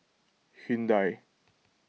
Hyundai